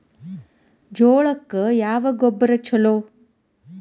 ಜೋಳಕ್ಕ ಯಾವ ಗೊಬ್ಬರ ಛಲೋ?